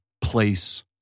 place